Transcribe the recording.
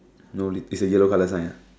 no li~ it's a yellow colour sign ah